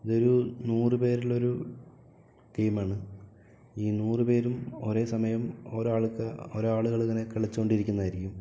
അതൊരു നൂറു പേരിലൊരു ടീമാണ് ഈ നൂറു പേരും ഒരേ സമയം ഒരാൾക്ക് ഒരാളുകളിങ്ങനെ കളിച്ചു കൊണ്ടിരിക്കുന്നതായിരിക്കും